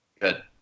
Good